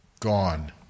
gone